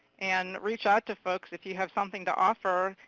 and reach out to folks if you have something to offer,